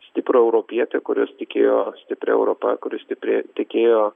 stiprų europietį kuris tikėjo stipria europa kuris stipriai tikėjo